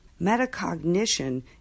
Metacognition